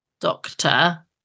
doctor